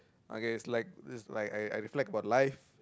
okay is like is like I I reflect about life